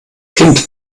kind